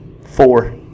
four